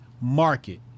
market